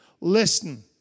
Listen